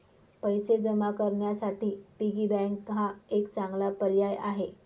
पैसे जमा करण्यासाठी पिगी बँक हा एक चांगला पर्याय आहे